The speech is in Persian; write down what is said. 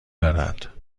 دارد